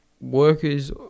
workers